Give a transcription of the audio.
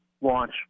launch